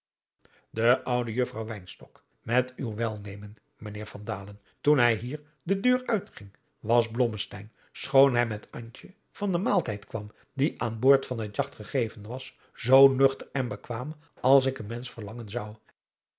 de oude juffrouw wynstok met uw welnemen mijnheer van dalen toen hij hier de deur uitging was blommesteyn schoon hij met antje van den maaltijd kwam die aan boord van het jagt gegeven was zoo nuchter en bekwaam als ik een mensch verlangen zou